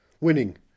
winning